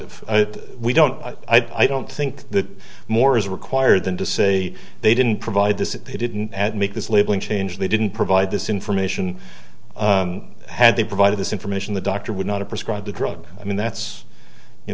causative we don't i don't think that more is required than to say they didn't provide this if they didn't make this labeling change they didn't provide this information had they provided this information the doctor would not to prescribe the drug i mean that's you